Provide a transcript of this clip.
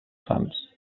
sants